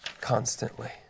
constantly